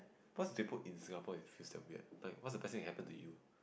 cause they put in Singapore it feels damn weird like what is the best thing that happened to you